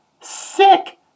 sick